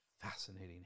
fascinating